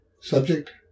subject